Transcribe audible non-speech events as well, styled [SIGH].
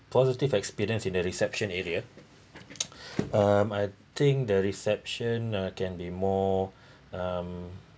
positive experience in the reception area [BREATH] um I think the reception uh can be more [BREATH] um